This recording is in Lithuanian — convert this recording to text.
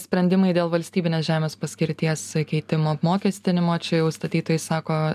sprendimai dėl valstybinės žemės paskirties keitimo apmokestinimo čia jau statytojai sako